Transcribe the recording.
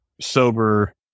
sober